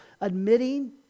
admitting